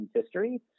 history